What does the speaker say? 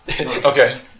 Okay